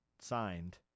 signed